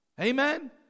Amen